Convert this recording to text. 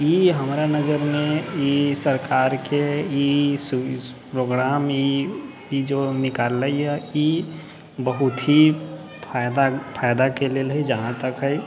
इ हमरा नजर मे ई सरकार के ई प्रोग्राम ई जो निकालले है ई बहुत ही फायदा के लेल है जहाँ तक है